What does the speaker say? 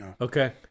Okay